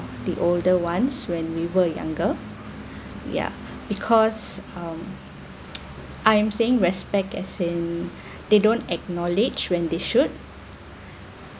the older ones when we were younger yeah because um I am saying respect as in they don't acknowledge when they should